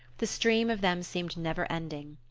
the stream of them seemed never-ending.